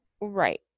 right